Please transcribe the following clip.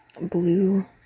blue